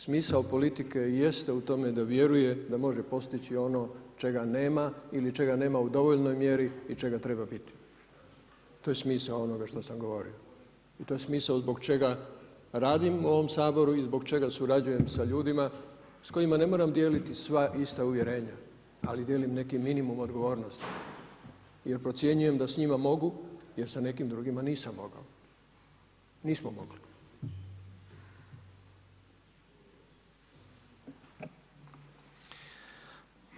Smisao politike jeste u tome da vjeruje, da može postići ono čega nema ili čega nema u dovoljnoj mjeri i čega treba biti, to je smisao onoga što sam govorio i to je smisao zbog čega radim u ovom saboru i zbog čega surađujem sa ljudima s kojima ne moram raditi sva ista uvjerenja, ali dijelim neki minimum odgovornosti jer procjenjujem da s njima mogu jer sa nekim drugima nisam mogao nismo mogli.